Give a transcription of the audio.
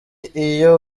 iyo